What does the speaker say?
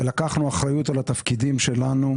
ולקחנו אחריות על התפקידים שלנו,